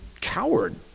coward